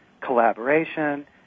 collaboration